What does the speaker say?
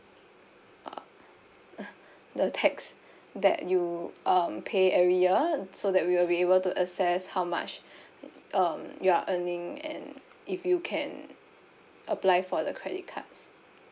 uh the tax that you um pay every year so that we'll be able to assess how much um you are earning and if you can apply for the credit cards